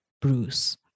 Bruce